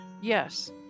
Yes